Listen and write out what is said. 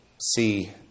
see